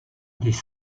des